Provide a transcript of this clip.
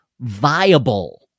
viable